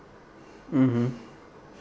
mmhmm